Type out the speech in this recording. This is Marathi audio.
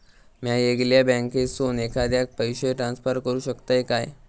म्या येगल्या बँकेसून एखाद्याक पयशे ट्रान्सफर करू शकतय काय?